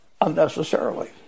unnecessarily